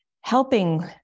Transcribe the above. helping